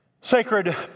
Sacred